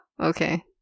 okay